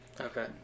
Okay